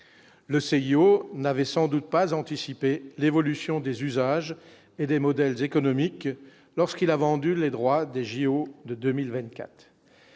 le CIO n'avait sans doute pas anticipé l'évolution des usages et des modèles économiques lorsqu'il a vendu les droits des JO de 2024,